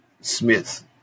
Smith